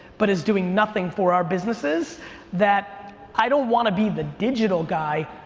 but is doing nothing for our businesses that i don't wanna be the digital guy.